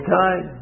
time